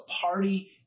party